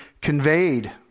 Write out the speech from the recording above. conveyed